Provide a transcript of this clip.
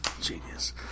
genius